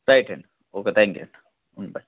right అండి okay thank you అండి bye